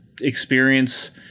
experience